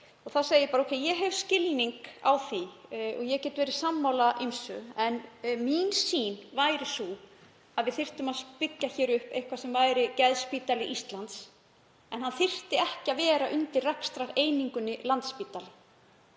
Þá segi ég bara: Ókei, ég hef skilning á því og ég get verið sammála ýmsu. En mín sýn væri sú að við þyrftum að byggja hér upp eitthvað sem væri geðspítali Íslands, en hann þyrfti ekki að vera undir rekstrareiningunni Landspítala